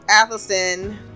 athelstan